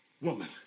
woman